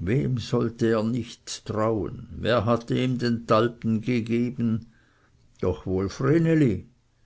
wem sollte er nicht trauen wer hatte ihm den talpen gegeben doch wohl